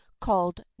called